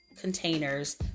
containers